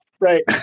Right